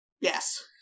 Yes